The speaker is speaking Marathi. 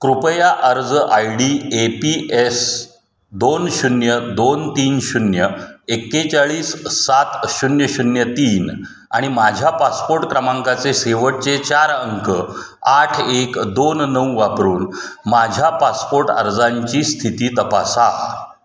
कृपया अर्ज I D A P S दोन शून्य दोन तीन शून्य एकेचाळीस सात शून्य शून्य तीन आणि माझ्या पासपोट क्रमांकाचे शेवटचे चार अंक आठ एक दोन नऊ वापरून माझ्या पासपोर्ट अर्जांची स्थिती तपासा